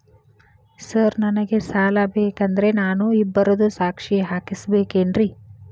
Sir ನನಗೆ ಸಾಲ ಬೇಕಂದ್ರೆ ನಾನು ಇಬ್ಬರದು ಸಾಕ್ಷಿ ಹಾಕಸಬೇಕೇನ್ರಿ?